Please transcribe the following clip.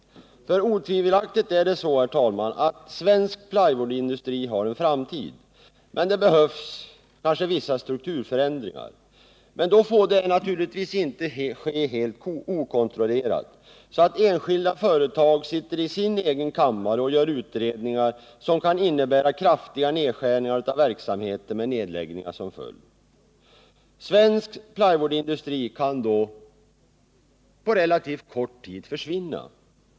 Otvivelaktigt har den svenska plywoodindustrin en framtid, herr talman, men det behövs kanske vissa strukturförändringar. Dessa får naturligtvis inte ske helt okontrollerat, så att enskilda företag sitter i egen kammare och gör utredningar som kan innebära kraftiga nedskärningar av verksamheten med nedläggningar som följd. Svensk plywoodindustri kan då på relativt kort tid försvinna.